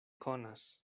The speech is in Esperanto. konas